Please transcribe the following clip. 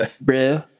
Bro